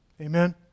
Amen